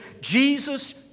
Jesus